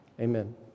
Amen